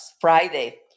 Friday